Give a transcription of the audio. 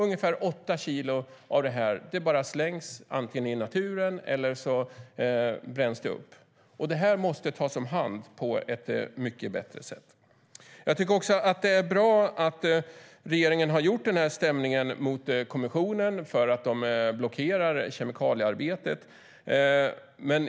Ungefär åtta kilo av det här bara slängs, antingen i naturen eller så att det bränns upp. Det måste tas om hand på ett mycket bättre sätt. Jag tycker också att det är bra att regeringen har stämt kommissionen för att den blockerar kemikaliearbetet.